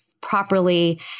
properly